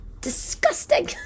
disgusting